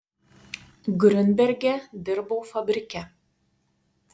griunberge dirbau fabrike